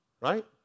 right